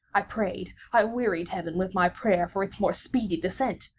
i prayed i wearied heaven with my prayer for its more speedy descent.